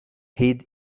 hid